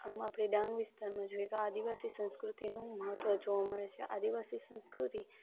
આમ આપણે ડાંગ વિસ્તારમાં જોઈએ તો આદિવાસી સંસ્કૃતિનું મહત્ત્વ જોવા મળે છે આદિવાસી સંસ્કૃતિ